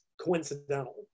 coincidental